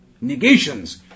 negations